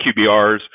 QBRs